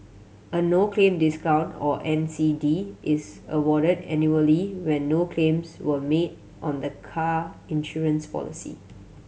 a no claim discount or N C D is awarded annually when no claims were made on the car insurance policy